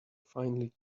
finely